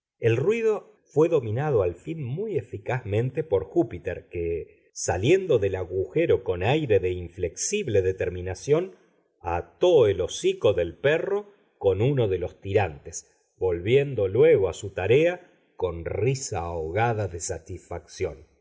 el ruido fué dominado al fin muy eficazmente por júpiter que saliendo del agujero con aire de inflexible determinación ató el hocico del perro con uno de sus tirantes volviendo luego a su tarea con risa ahogada de satisfacción